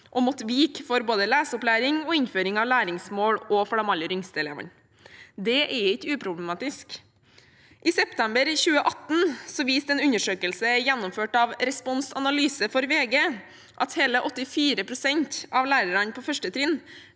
og måtte vike for både leseopplæring og innføring av læringsmål, også for de aller yngste elevene. Det er ikke uproblematisk. I september 2018 viste en undersøkelse gjennomført av Respons Analyse for VG at hele 84 pst. av lærerne på 1. trinn